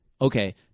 Okay